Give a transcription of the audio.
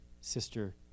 sister